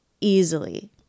easily